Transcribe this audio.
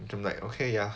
就 like okay ya